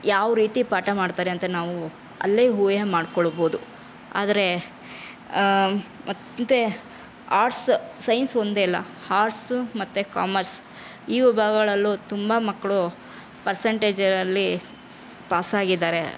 ಯಾವ ರೀತಿ ಪಾಠ ಮಾಡ್ತಾರೆ ಅಂತ ನಾವು ಅಲ್ಲೇ ಊಹೆ ಮಾಡಿಕೊಳ್ಬೋದು ಆದರೆ ಮತ್ತು ಆರ್ಟ್ಸ್ ಸೈನ್ಸ್ ಒಂದೇ ಅಲ್ಲ ಹಾರ್ಟ್ಸ್ ಮತ್ತು ಕಾಮರ್ಸ್ ಇವು ವಿಭಾಗಗಳಲ್ಲೂ ತುಂಬ ಮಕ್ಕಳು ಪರ್ಸೆಂಟೇಜಲ್ಲಿ ಪಾಸಾಗಿದ್ದಾರೆ